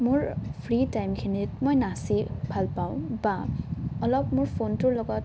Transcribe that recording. মোৰ ফ্ৰী টাইমখিনিত মই নাচি ভাল পাওঁ বা অলপ মোৰ ফোনটোৰ লগত